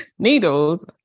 needles